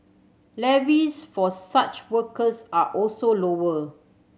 levies for such workers are also lower